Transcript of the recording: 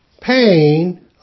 pain